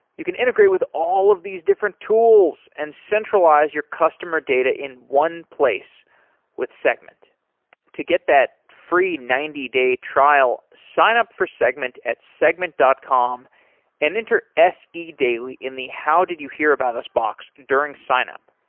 you can integrate with all of these different tools and centralize your customer data in one place with segment to get that free ninety day trial, signup for segment at segment dot com and enter se daily in the how did you hear about us box during signup.